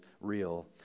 real